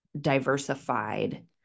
diversified